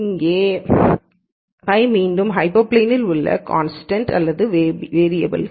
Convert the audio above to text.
இங்கே θ மீண்டும் ஹைப்பர் பிளேனில் உள்ள கான்ஸ்டன்ட் அல்லது வேரியபல்கள்